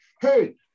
hey